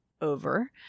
over